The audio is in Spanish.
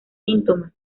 síntomas